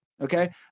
okay